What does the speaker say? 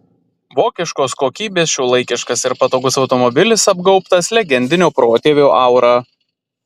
vokiškos kokybės šiuolaikiškas ir patogus automobilis apgaubtas legendinio protėvio aura